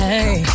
Hey